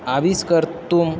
आविष्कर्तुं